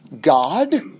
God